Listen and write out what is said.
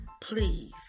Please